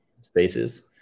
spaces